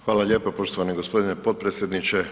Hvala lijepo poštovani g. potpredsjedniče.